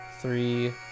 three